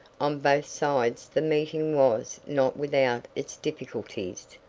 on both sides the meeting was not without its difficulties.